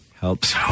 Helps